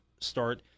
start